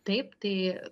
taip tai